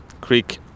Creek